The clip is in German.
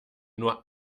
nur